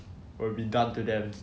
will be done to them